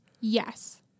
Yes